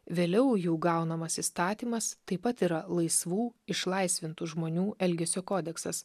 vėliau jų gaunamas įstatymas taip pat yra laisvų išlaisvintų žmonių elgesio kodeksas